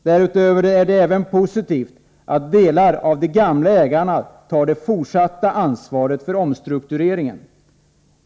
Därutöver är det även positivt att delar av de gamla ägarna tar det fortsatta ansvaret för omstruktureringen.